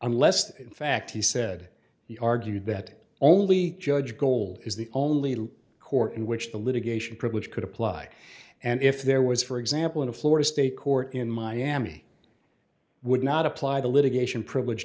unless in fact he said he argued that only judge gold is the only court in which the litigation privilege could apply and if there was for example in a florida state court in miami would not apply the litigation privilege